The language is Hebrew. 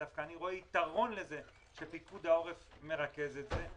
אני דווקא רואה יתרון לכך שפיקוד העורף מרכז את זה,